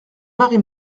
marie